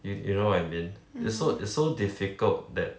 you you know what I mean it's so it's so difficult that